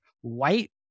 white